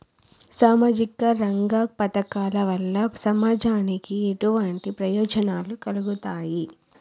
సామాజిక రంగ పథకాల వల్ల సమాజానికి ఎటువంటి ప్రయోజనాలు కలుగుతాయి?